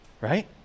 Right